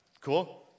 Cool